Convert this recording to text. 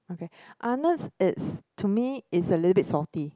okay Arnold's not it's to me it's a little bit salty